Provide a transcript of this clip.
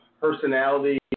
personality